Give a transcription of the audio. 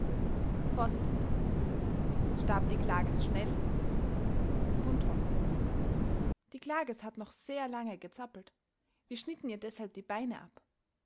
vors starb die klages schnell buntrock die klages hat noch sehr lange gezappelt wir schnitten ihr deshalb die beine ab